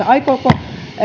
aikooko